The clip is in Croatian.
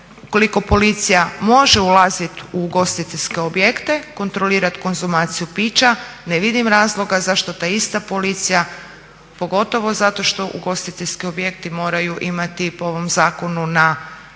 koliko policija može ulazit u ugostiteljske objekte, kontrolirati konzumaciju pića ne vidim razloga zašto ta ista policija pogotovo zato što ugostiteljski objekti moraju imati po ovom zakonu na